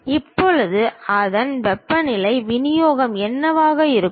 இப்போது அதன் வெப்பநிலை விநியோகம் என்னவாக இருக்கும்